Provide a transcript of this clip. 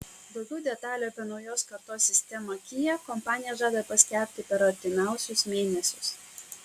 daugiau detalių apie naujos kartos sistemą kia kompanija žada paskelbti per artimiausius mėnesius